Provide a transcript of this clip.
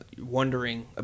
wondering